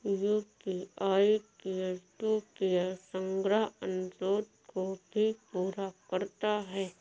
UPI peer to peer संग्रह अनुरोध को भी पूरा करता है